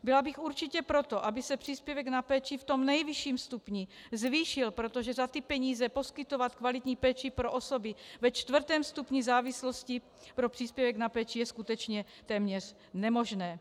Byla bych určitě pro to, aby se příspěvek na péči v tom nejvyšším stupni zvýšil, protože za ty peníze poskytovat kvalitní péči pro osoby ve čtvrtém stupni závislosti pro příspěvek na péči je skutečně téměř nemožné.